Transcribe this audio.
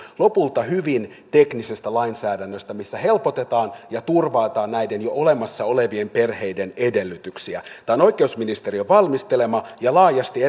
lopulta hyvin teknisestä lainsäädännöstä missä helpotetaan ja turvataan näiden jo olemassa olevien perheiden edellytyksiä tämä on oikeusministeriön valmistelema ja laajasti